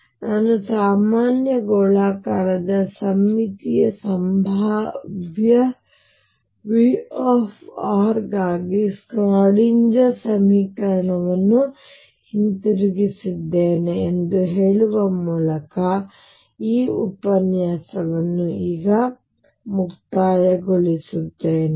ಆದುದರಿಂದ ನಾನು ಸಾಮಾನ್ಯ ಗೋಳಾಕಾರದ ಸಮ್ಮಿತೀಯ ಸಂಭಾವ್ಯ V ಗಾಗಿ ಸ್ಕ್ರಾಡಿಂಜರ್ ಸಮೀಕರಣವನ್ನು ಹಿಂದಿರುಗಿಸಿದ್ದೇವೆ ಎಂದು ಹೇಳುವ ಮೂಲಕ ಈ ಉಪನ್ಯಾಸವನ್ನು ಈಗ ಮುಕ್ತಾಯಗೊಳಿಸುತ್ತೇನೆ